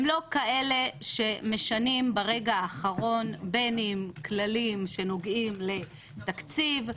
הם לא כאלה שמשנים ברגע האחרון בין אם כללים שנוגעים לתקציב,